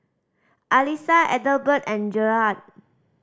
Alissa Adelbert and Gerhard